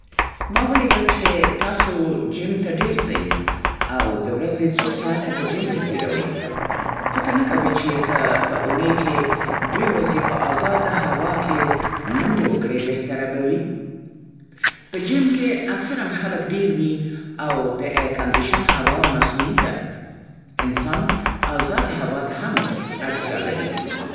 ‎ما وليدل چې تاسو جېم ته ډېر ځئ او د ورځې څو ساعته په جېم کې تېروئ. فکر نه کوئ چې که په اوونۍ کې دوې ورځې په ازاده هوا کې منډې وکړئ بهتره به وي!؟ په جیم کې اکثرا خلک ډېر وي او د ایرکاندیشن هوا مصنوعي ده. انسان ازادې هوا ته هم اړتیا لري.